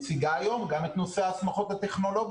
מציגה היום גם את נושא ההסמכות הטכנולוגיות